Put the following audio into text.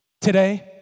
today